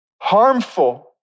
Harmful